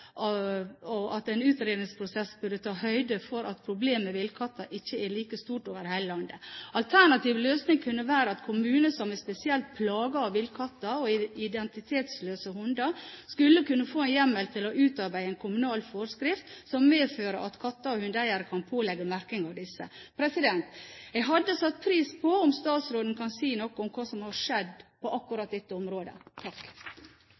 og at en utredningsprosess burde ta høyde for at problemet med villkatter ikke er like stort over hele landet. Alternativ løsning kunne være at kommuner som er spesielt plaget av villkatter og identitetsløse hunder, skulle kunne få en hjemmel til å utarbeide en kommunal forskrift som medfører at katte- og hundeeiere kan pålegges merking av disse. Jeg hadde satt pris på om statsråden kunne si noe om hva som har skjedd på